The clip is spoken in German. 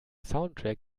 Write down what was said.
soundtrack